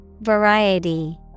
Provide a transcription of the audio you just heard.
Variety